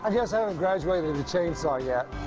i guess i haven't graduated to chain saw yet.